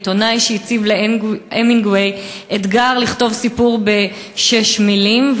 עיתונאי הציב להמינגווי אתגר: לכתוב סיפור בשש מילים,